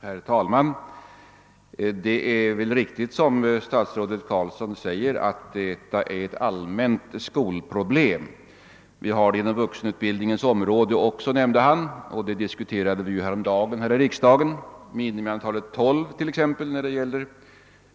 Herr talman! Det är riktigt, såsom statsrådet Carlsson säger, att detta är ett allmänt skolproblem. Han nämnde att det också förekommer inom vuxenutbildningens område. Vi diskuterade t.ex. häromdagen i riksdagen det minimikrav på 12 deltagare, som ställs